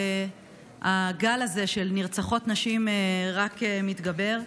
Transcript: הגל הזה של נרצחות נשים רק מתגבר.